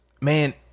man